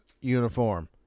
uniform